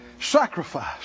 Sacrifice